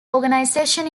organization